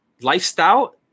lifestyle